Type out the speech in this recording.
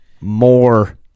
more